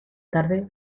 tarde